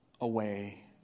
away